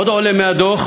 עוד עולה מהדוח